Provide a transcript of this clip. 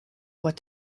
what